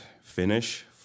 finish